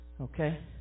Okay